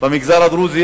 במגזר הדרוזי,